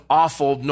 awful